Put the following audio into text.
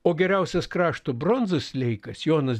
o geriausias krašto bronzos liejikas jonas